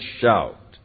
shout